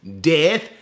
death